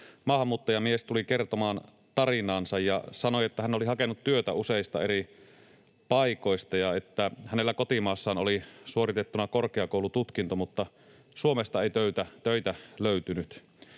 maahanmuuttajamies tuli kertomaan tarinaansa ja sanoi, että hän oli hakenut työtä useista eri paikoista ja että hänellä oli kotimaassaan suoritettuna korkeakoulututkinto, mutta Suomesta ei töitä löytynyt.